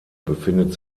befindet